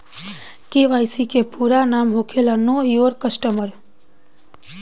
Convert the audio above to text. KYC के पूरा नाम होखेला नो योर कस्टमर